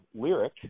Lyric